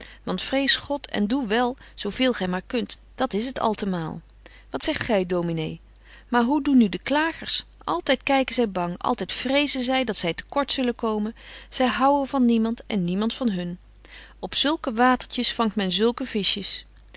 want vrees god en doe wel zo veel gy maar kunt dat is het altemaal wat zegt gy dominé maar hoe doen nu de klagers altyd kyken zy bang altyd vrezen zy dat zy te kort zullen komen zy houên van niemand en niemand van hun op zulke watertjes vangt men zulke vischjes